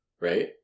Right